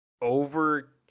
over